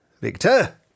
Victor